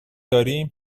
داریم